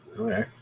Okay